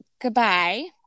goodbye